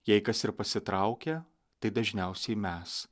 jei kas ir pasitraukia tai dažniausiai mes